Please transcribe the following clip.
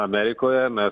amerikoje mes